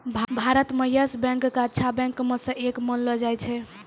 भारत म Yes Bank क अच्छा बैंक म स एक मानलो जाय छै